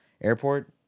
airport